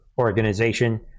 Organization